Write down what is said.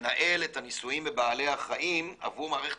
שמנהל את הניסויים בבעלי החיים עבור מערכת